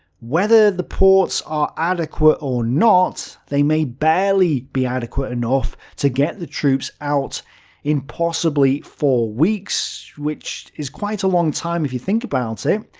whether the ports are adequate or not, they may barely be adequate enough to get the troops out in possibly four weeks which is quite a long time if you think about it.